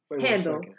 handle